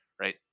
right